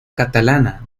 catalana